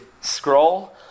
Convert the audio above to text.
Scroll